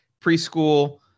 preschool